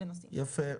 יפה.